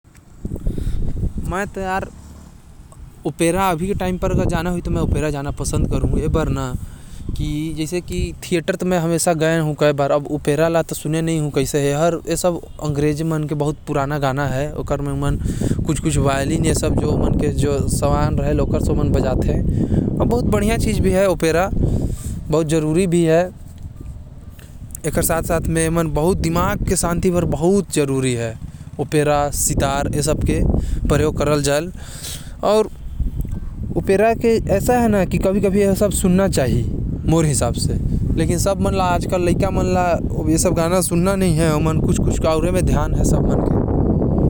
मैं ओपेरा जाना पसंद करहुँ काबर की थिएटर तो मैं गए हो अउ ओपेरा तो में गए नही हों एहि खातिर मैं ओपेरा जाना पसंद करहु जहा मोके पुराना अंग्रेज़ी गाना सुने बर मिलहि।